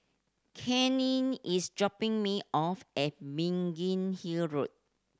Kanye is dropping me off at Biggin Hill Road